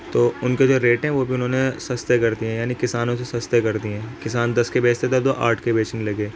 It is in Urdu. تو ان کے جو ریٹ ہیں وہ بھی انہوں نے سستے کر دیے ہیں یعنی کسانوں سے سستے کر دیے ہیں کسان دس کے بیچتا تھا تو آٹھ کے بیچنے لگے